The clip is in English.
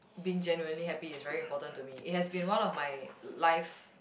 being generally happy is very important to me it has been one of my l~ life